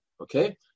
okay